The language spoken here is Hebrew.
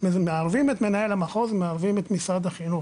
מערבים את מנהל המחוז, מערבים את משרד החינוך.